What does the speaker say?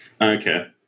Okay